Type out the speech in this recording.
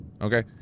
Okay